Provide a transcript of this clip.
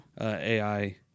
AI